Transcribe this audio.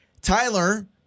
Tyler